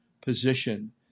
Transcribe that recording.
position